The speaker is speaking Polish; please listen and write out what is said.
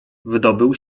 wydobył